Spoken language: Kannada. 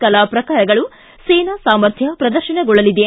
ಕಲಾ ಪ್ರಕಾರಗಳು ಸೇನಾ ಸಾಮರ್ಥ್ಯ ಪ್ರದರ್ಶನಗೊಳ್ಳಲಿದೆ